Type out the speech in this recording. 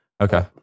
Okay